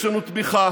יש לנו תמיכה.